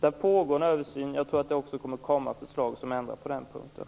En översyn pågår, och jag tror att det också kommer att komma förslag om förändringar på den punkten.